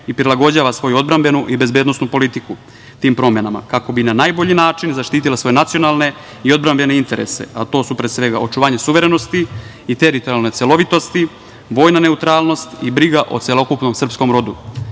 i prilagođava svoju odbrambenu i bezbednosnu politiku tim promenama, kako bi na najbolji način zaštitila svoje nacionalne i odbrambene interese, a to su, pre svega, očuvanje suverenosti i teritorijalne celovitosti, vojna neutralnost i briga o celokupnom srpskom rodu. Zato